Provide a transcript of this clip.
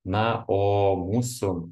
na o mūsų